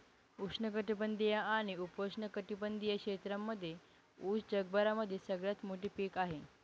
उष्ण कटिबंधीय आणि उपोष्ण कटिबंधीय क्षेत्रांमध्ये उस जगभरामध्ये सगळ्यात मोठे पीक आहे